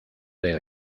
del